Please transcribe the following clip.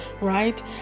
right